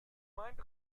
meint